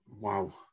Wow